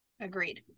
Agreed